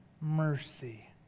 mercy